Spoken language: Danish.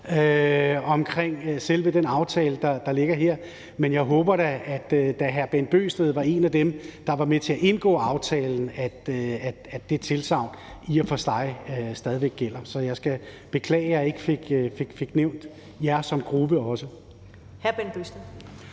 omkring selve den aftale, der ligger her. Men da hr. Bent Bøgsted var en af dem, der var med til at indgå aftalen, håber jeg da, at det tilsagn i og for sig stadig væk gælder. Så jeg skal beklage, at jeg ikke også fik nævnt jer som gruppe.